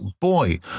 Boy